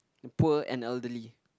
poor and elderly